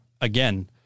again